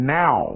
now